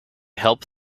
help